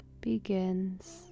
begins